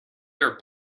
your